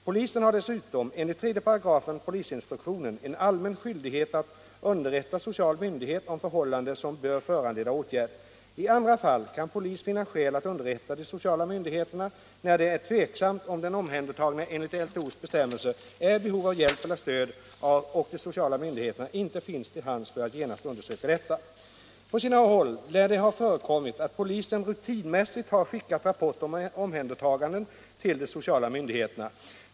Polisen har dessutom enligt 35 polisinstruktionen en allmän skyldighet att underrätta social myndighet om förhållande som bör föranleda åtgärd. I andra fall kan polisen finna skäl att underrätta de sociala myndigheterna när det är tveksamt om den omhändertagne enligt LTO:s bestämmelser är i behov av hjälp eller stöd och de sociala myndigheterna inte finns till hands för att genast undersöka detta. dertagande På sina håll lär det ha förekommit att polisen rutinmässigt har skickat rapporter om omhändertaganden till de sociala myndigheterna.